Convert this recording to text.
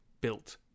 built